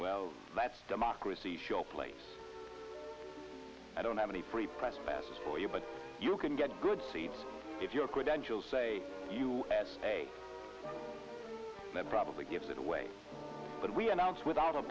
well that's democracy showplace i don't have any free press passes for you but you can get a good seat if your credentials say you stay there probably gives it away when we announce without a